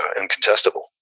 incontestable